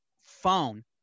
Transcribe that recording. phone